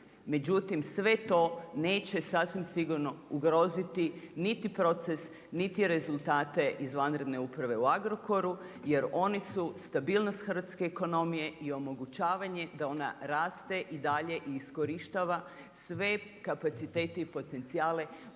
Međutim, sve to neće sasvim sigurno ugroziti, niti proces, niti rezultate izvanredne uprave u Agrokoru, jer oni su stabilnost hrvatske ekonomije i omogućavanje da ona raste i dalje i iskorištava, sve kapacitete i potencijale